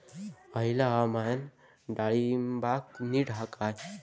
हयला हवामान डाळींबाक नीट हा काय?